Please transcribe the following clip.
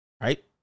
right